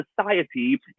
society